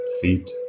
feet